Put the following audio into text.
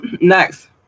Next